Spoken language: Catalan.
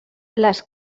les